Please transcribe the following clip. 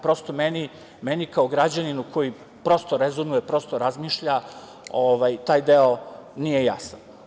Prosto meni kao građaninu koji prosto rezonuje, prosto razmišlja, taj deo nije jasan.